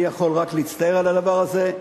אני יכול רק להצטער על הדבר הזה,